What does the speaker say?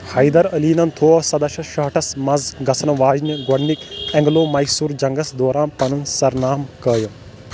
حیدر علیٖنن تھوٚو سَداہ شَتھ شُہٲٹھ ٹھس منٛز گژھن واجنہِ گۄڈٕنکۍ اینگلو میسور جنگس دوران پنُن سر نامہٕ قٲیِم